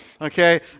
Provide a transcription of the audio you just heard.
Okay